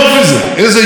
איזה יופי כאן,